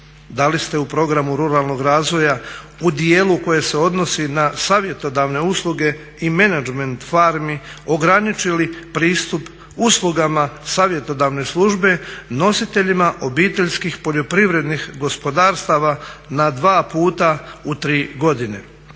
Da li ste u programu ruralnog razvoja u dijelu koje se odnosi na savjetodavne usluge i menadžment farmi ograničili pristup uslugama savjetodavne službe, nositeljima obiteljskih poljoprivrednih gospodarstava na dva puta u tri godine.